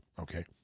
Okay